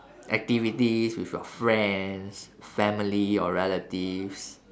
activities with your friends family or relatives